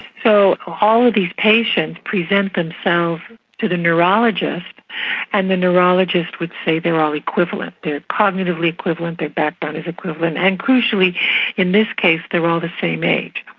so all of these patients present themselves to the neurologist and the neurologist would say they are all equivalent they're cognitively equivalent, their background is equivalent and crucially in this case they were all the same age.